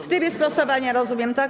W trybie sprostowania, rozumiem, tak?